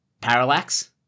parallax